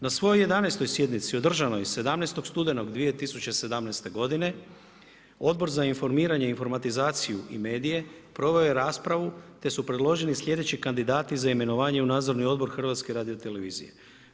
Na svojoj jedanaestoj sjednici održanoj 17. studenog 2017. godine, Odbor za informiranje, informatizaciju i medije proveo je raspravu te su predloženi slijedeći kandidati za imenovanje u nadzorni odbor HRT-a.